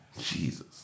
Jesus